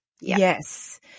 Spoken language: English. Yes